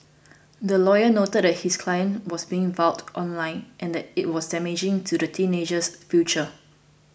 the lawyer noted that his client was being vilified online and that this was damaging to the teenager's future